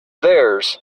theirs